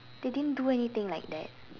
they didn't do anything like that